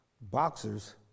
boxers